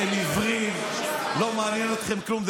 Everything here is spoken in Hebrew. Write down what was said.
אתם עיוורים, לא מעניין אתכם כלום.